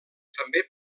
també